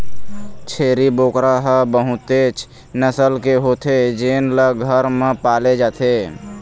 छेरी बोकरा ह बहुतेच नसल के होथे जेन ल घर म पाले जाथे